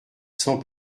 sans